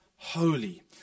holy